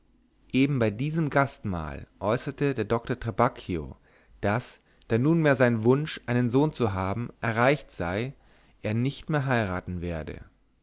eben bei diesem gastmahl äußerte der doktor trabacchio daß da nunmehr sein wunsch einen sohn zu haben erreicht sei er nicht mehr heiraten werde